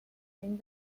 fin